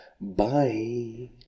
Bye